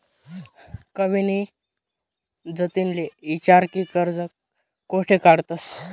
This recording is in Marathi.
कविनी जतिनले ईचारं की कर्ज कोठे काढतंस